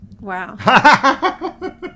Wow